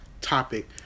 topic